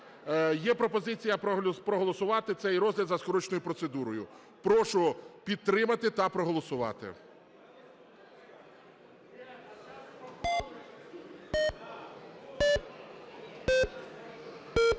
Є пропозиція проголосувати цей розгляд за скороченою процедурою. Прошу підтримати та проголосувати.